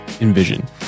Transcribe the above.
Envision